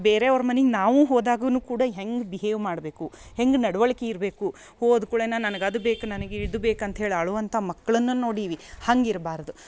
ಬೇರೆಯವ್ರು ಮನಿಗೆ ನಾವು ಹೋದಾಗುನು ಕೂಡ ಹೆಂಗೆ ಬಿಹೇವ್ ಮಾಡಬೇಕು ಹೆಂಗೆ ನಡವಳಿಕೆ ಇರಬೇಕು ಹೋದ ಕೂಳನ ನನಗೆ ಅದು ಬೇಕು ನನಗೆ ಇದು ಬೇಕು ಅಂತೇಳಿ ಅಳುವಂಥಾ ಮಕ್ಕಳನ್ನ ನೋಡೀವಿ ಹಂಗಿರ್ಬಾರ್ದ್